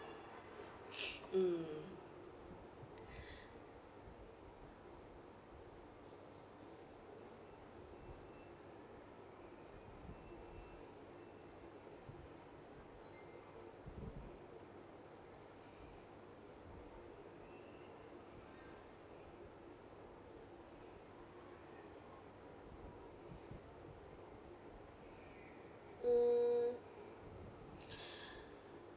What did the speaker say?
mm hmm